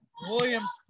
Williams